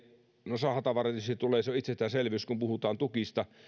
no sahatavaraa tietysti tulee se on itsestäänselvyys kun puhutaan tukista